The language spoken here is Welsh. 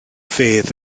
fedd